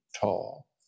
tall